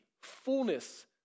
fullness